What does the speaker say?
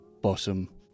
bottom